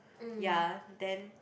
ya then